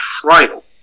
trial